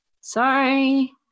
sorry